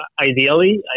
ideally